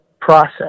process